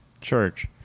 church